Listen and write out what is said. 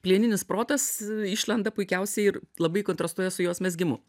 plieninis protas išlenda puikiausiai ir labai kontrastuoja su jos mezgimu